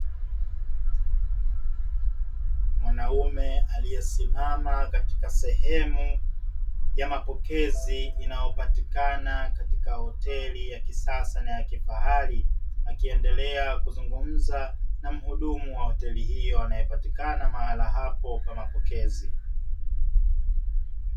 Mwanaume aliyesimama katika sehemu ya mapokezi inayopatikana katika hoteli ya kisasa na ya kifahari, akiendelea kuzungumza na mhudumu wa hoteli hiyo anayepatikana mahala hapo pa mapokezi.